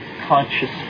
conscious